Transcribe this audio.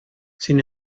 sin